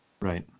Right